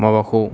माबाखौ